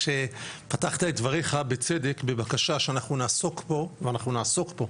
כשפתחת את דבריך בצדק בבקשה שאנחנו נעסוק פה ואנחנו נעסוק פה,